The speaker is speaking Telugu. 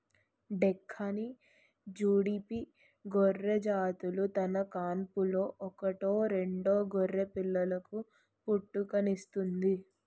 డెక్కాని, జుడిపి గొర్రెజాతులు తన కాన్పులో ఒకటో రెండో గొర్రెపిల్లలకు పుట్టుకనిస్తుంది